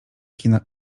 kina